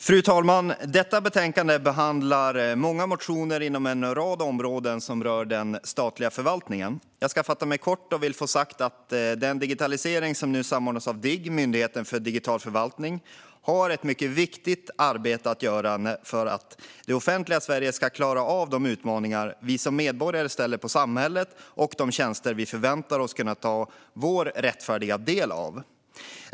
Fru talman! I detta betänkande behandlas många motioner inom en rad områden som rör den statliga förvaltningen. Jag ska fatta mig kort och säga att den digitalisering som nu samordnas av Digg, Myndigheten för digital förvaltning, har ett mycket viktigt arbete att göra för att det offentliga Sverige ska klara av de utmaningar som vi som medborgare ställer på samhället och de tjänster som vi förväntar oss kunna ta vår rättfärdiga del av.